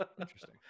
Interesting